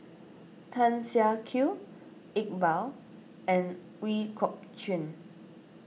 Tan Siak Kew Iqbal and Ooi Kok Chuen